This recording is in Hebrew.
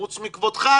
חוץ מכבודך,